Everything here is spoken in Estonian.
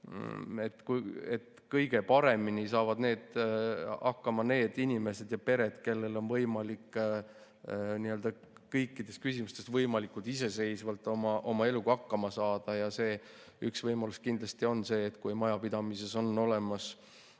et kõige paremini saavad hakkama need inimesed ja pered, kellel on võimalik kõikides küsimustes võimalikult iseseisvalt oma eluga hakkama saada. Üks võimalus kindlasti on see, et kui majapidamises on olemas